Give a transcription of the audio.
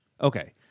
Okay